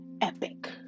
epic